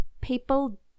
people